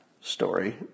story